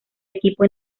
equipo